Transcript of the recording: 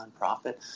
nonprofit